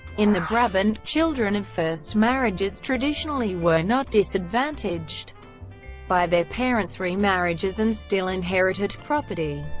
in the brabant, children of first marriages traditionally were not disadvantaged by their parents' remarriages and still inherited property.